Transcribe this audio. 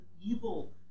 evil